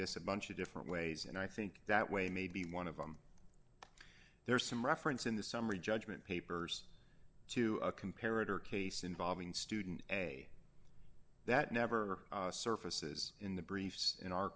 this a bunch of different ways and i think that way maybe one of them there's some reference in the summary judgment papers to a comparative case involving student a that never surfaces in the briefs in our